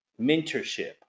mentorship